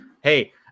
hey